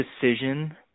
decision